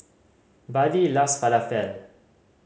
Buddie loves Falafel